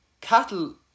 Cattle